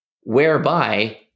whereby